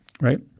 right